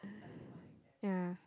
uh yeah